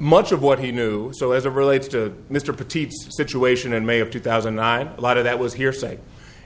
much of what he knew so as a relates to mr patel situation in may of two thousand and nine a lot of that was hearsay